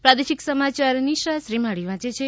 પ્રાદેશિક સમાચાર નિશા શ્રીમાળી વાંચ છે